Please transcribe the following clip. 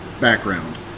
background